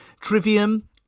Trivium